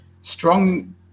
strong